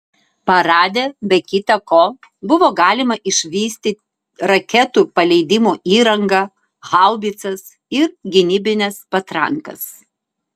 parade be kita ko buvo galima išvysti raketų paleidimo įrangą haubicas ir gynybines patrankas